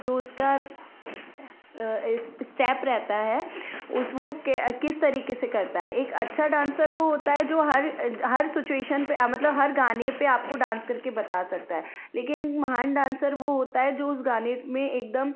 जो उसका इस स्टैप रहता है उस वह के किस तरीके से करता है एक अच्छा डांसर वह होता है जो हर हर सिच्वेशन पर मतलब हर गाने पर आपको डांस करके बता सकता है लेकिन महान डांस वह होता है जो उस गाने में एकदम